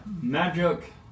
magic